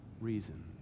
reason